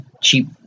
cheap